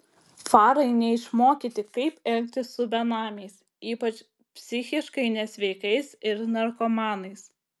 farai neišmokyti kaip elgtis su benamiais ypač psichiškai nesveikais ir narkomanais